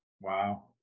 Wow